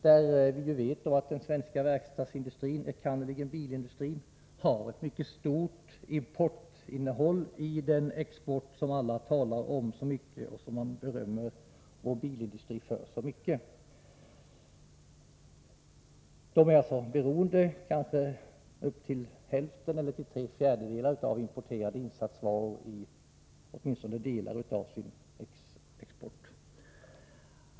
Vi vet att det i den svenska verkstadsindustrin, enkannerligen bilindustrin som alla talar om och som får så mycket beröm, ingår ett mycket stort mått av import. Bilindustrin är ju åtminstone för delar av sin export till hälften, eller kanske till tre fjärdedelar, beroende av importerade insatsvaror.